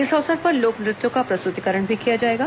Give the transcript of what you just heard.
इस अवसर पर लोक नृत्यों का प्रस्तुतिकरण भी किया जाएगा